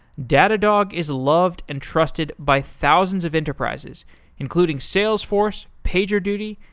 datadog is loved and trusted by thousands of enterprises including salesforce, pagerduty,